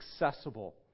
accessible